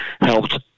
helped